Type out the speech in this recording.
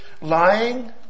Lying